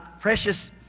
precious